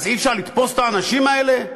אז אי-אפשר לתפוס את האנשים האלה?